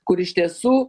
kur iš tiesų